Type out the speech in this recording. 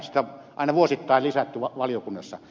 sitä on aina vuosittain lisätty valiokunnassa